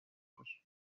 باش